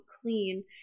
clean